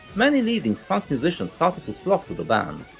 many leading funk musicians started to flock to the band,